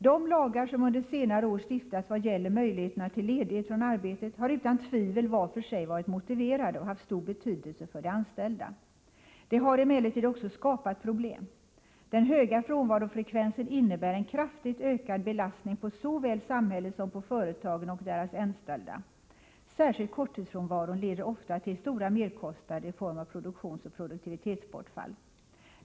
De lagar som under senare år stiftats vad gäller möjligheterna till ledighet från arbetet har utan tvivel var för sig varit motiverade och haft stor betydelse för de anställda. De har emellertid också skapat problem. Den höga frånvarofrekvensen innebär en kraftigt ökad belastning på såväl samhället som företagen och deras anställda. Särskilt korttidsfrånvaron leder ofta till stora merkostnader i form av produktionsoch produktivitetsbortfall.